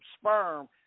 sperm